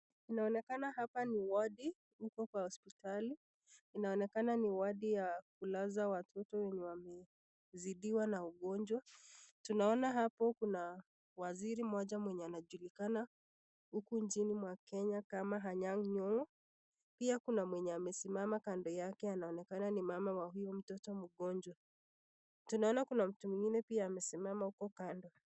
Inaonekana hapa ni wodi huko kwa hospitali. Inaonekana ni wodi ya kulaza watoto wenye wamezidiwa na ugonjwa. Tunaona hapo kuna waziri mmoja mwenye anajulikana huku nchini mwa Kenya kama Anyang Nyong'o. Pia kuna mwenye amesimama kando yake anaonekana ni mama wa huyo mtoto mgonjwa. Tunaona kuna mtu mwingine pia amesimama huko kando.